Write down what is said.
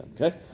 okay